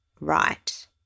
right